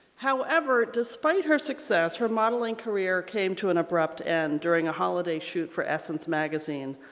however, despite her success her modeling career came to an abrupt end during a holiday shoot for essence magazine.